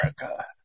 America